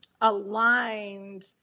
aligned